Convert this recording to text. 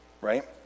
right